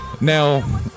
Now